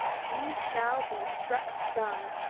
ye shall be struck dumb,